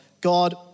God